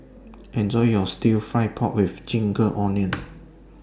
Enjoy your Stir Fry Pork with Ginger Onions